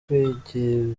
kwigwizaho